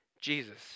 Jesus